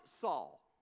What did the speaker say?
Saul